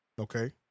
Okay